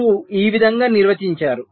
మీరు ఈ విధంగా నిర్వచించారు